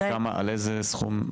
איזה סכום?